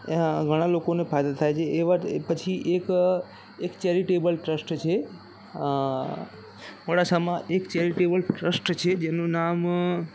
ઘણા લોકોને ફાયદા થાય છે એ વાત પછી એ એક ચેરિટેબલ ટ્રસ્ટ છે મોડાસામાં એક ચેરિટેબલ ટ્રસ્ટ છે જેનું નામ